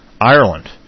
Ireland